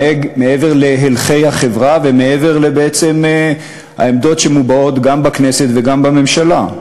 נגד הלכי החברה ונגד עמדות שמובעות גם בכנסת וגם בממשלה?